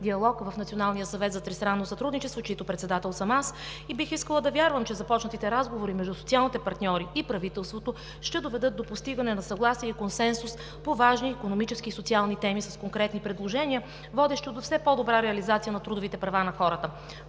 сътрудничество, чийто председател съм аз. Бих искала да вярвам, че започнатите разговори между социалните партньори и правителството ще доведат до постигане на съгласие и консенсус по важни икономически и социални теми, с конкретни предложения, водещи до все по-добра реализация на трудовите права на хората.